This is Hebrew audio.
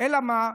אלא מה,